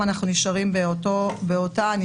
אדם שמניח שלא יתפסו אותו - מה כתוב בספר החוקים